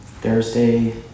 Thursday